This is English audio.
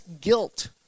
guilt